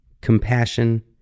compassion